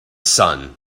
sun